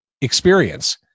experience